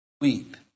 Weep